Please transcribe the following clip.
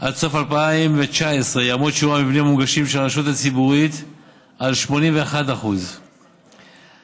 עד סוף 2019 שיעור המבנים המונגשים של רשות ציבורית יעמוד על 81%; ג.